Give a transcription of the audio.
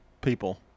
people